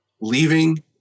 leaving